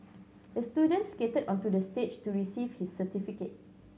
the student skated onto the stage to receive his certificate